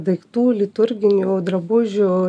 daiktų liturginių drabužių